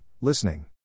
listening